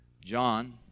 John